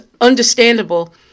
understandable